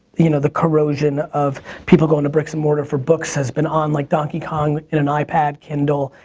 you know the corrosion of people going to bricks and mortar for books has been on like donkey kong, in an ipad, kindle,